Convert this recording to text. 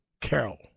Carol